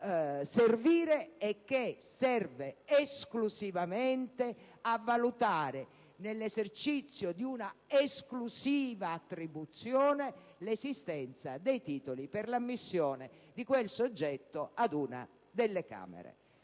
servire e che serve esclusivamente a valutare, nell'esercizio di una esclusiva attribuzione, l'esistenza dei titoli per l'ammissione di quel soggetto ad una delle Camere.